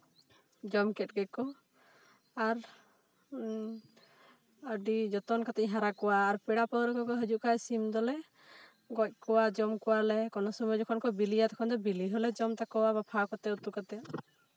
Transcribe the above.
ᱡᱚᱢ ᱠᱮᱜ ᱜᱮᱠᱚ ᱟᱨ ᱟᱹᱰᱤ ᱡᱚᱛᱚᱱ ᱠᱟᱛᱮ ᱤᱧ ᱦᱟᱨᱟ ᱠᱚᱣᱟ ᱟᱨ ᱯᱮᱲᱟ ᱯᱟᱹᱲᱦᱟᱹ ᱠᱚᱠᱚ ᱦᱤᱡᱩᱜ ᱠᱷᱟᱡ ᱥᱤᱢ ᱫᱚᱞᱮ ᱜᱚᱡ ᱠᱚᱣᱟ ᱡᱚᱢ ᱠᱚᱣᱟᱞᱮ ᱠᱚᱱᱚ ᱥᱚᱢᱚᱭ ᱡᱚᱠᱷᱚᱡ ᱠᱚ ᱵᱤᱞᱤᱭᱟ ᱛᱚᱠᱷᱚᱡ ᱫᱚ ᱵᱤᱞᱤ ᱦᱚᱸᱞᱮ ᱡᱚᱢ ᱛᱟᱠᱚᱣᱟ ᱵᱟᱯᱷᱟᱣ ᱠᱟᱛᱮ ᱩᱛᱩ ᱠᱟᱛᱮ